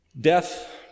death